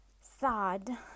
sad